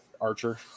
Archer